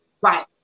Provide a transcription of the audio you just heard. Right